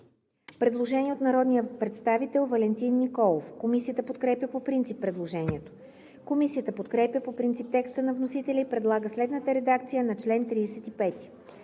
предложение от народния представител Валентин Николов. Комисията подкрепя по принцип предложението. Комисията подкрепя по принцип текста на вносителя и предлага следната редакция на чл. 35: